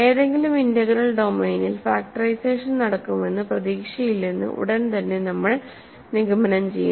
ഏതെങ്കിലും ഇന്റഗ്രൽ ഡൊമെയ്നിൽ ഫാക്ടറൈസേഷൻ നടക്കുമെന്ന് പ്രതീക്ഷയില്ലെന്ന് ഉടൻ തന്നെ നമ്മൾ നിഗമനം ചെയ്യുന്നു